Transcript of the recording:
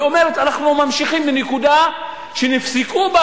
ואומרת: אנחנו ממשיכים בנקודה שנפסקו בה